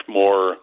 more